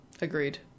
agreed